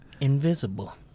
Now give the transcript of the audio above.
invisible